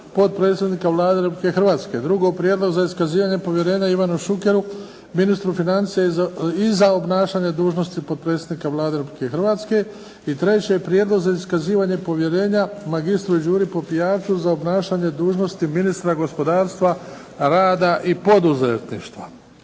potpredsjednika Vlade RH. Drugo, prijedlog za iskazivanje povjerenja Ivanu Šukeru, ministru financija i za obnašanje dužnosti potpredsjednika Vlade Republike Hrvatske i treće prijedlog za iskazivanje povjerenja mr. Đuri Popijaču za obnašanje dužnosti ministra gospodarstva, rada i poduzetništva.